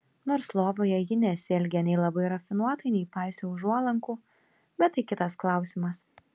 nors lovoje ji nesielgė nei labai rafinuotai nei paisė užuolankų bet tai kitas klausimas